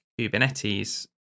Kubernetes